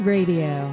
Radio